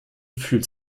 fühlt